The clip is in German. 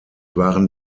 waren